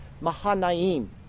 Mahanaim